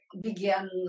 began